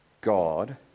God